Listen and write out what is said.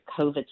COVID